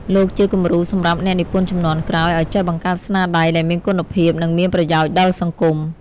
លោកជាគំរូសម្រាប់អ្នកនិពន្ធជំនាន់ក្រោយឲ្យចេះបង្កើតស្នាដៃដែលមានគុណភាព និងមានប្រយោជន៍ដល់សង្គម។